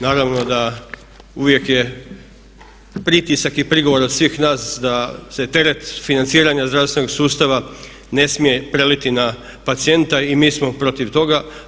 Naravno da uvijek je pritisak i prigovor od svih nas da se teret financiranja zdravstvenog sustava ne smije preliti na pacijenta i mi smo protiv toga.